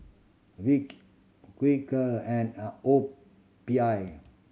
Vick Quaker and a O P I